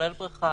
כולל בריכה,